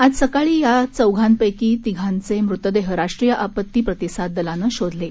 आज सकाळी या चौघांपैकी तिघांचे मृतदेह राष्ट्रीय आपत्ती प्रतिसाद दलानं शोधले आहेत